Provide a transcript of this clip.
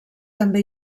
també